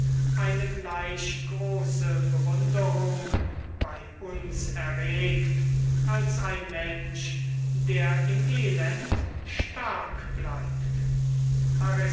eine gleich große bewunderung bei uns erregt als ein mensch der im elend stark bleibt